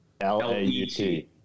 L-A-U-T